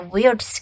Weird